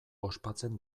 ospatzen